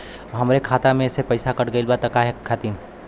हमरे खाता में से पैसाकट गइल बा काहे खातिर?